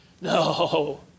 No